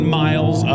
miles